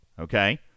okay